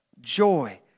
joy